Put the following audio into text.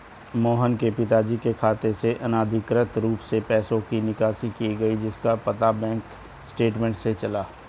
मोहन के पिताजी के खाते से अनधिकृत रूप से पैसे की निकासी की गई जिसका पता बैंक स्टेटमेंट्स से चला